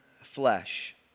flesh